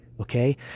okay